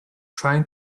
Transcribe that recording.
trying